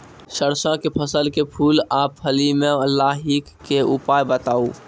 सरसों के फसल के फूल आ फली मे लाहीक के उपाय बताऊ?